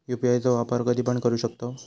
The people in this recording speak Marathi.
यू.पी.आय चो वापर कधीपण करू शकतव?